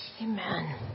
Amen